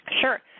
Sure